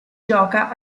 gioca